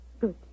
Good